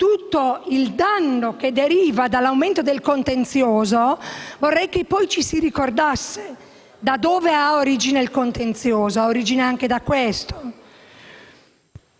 tutto il danno che deriva dall'aumento del contenzioso e vorrei che ci si ricordasse poi da dove ha avuto origine il contenzioso. Ha avuto origine anche da questo.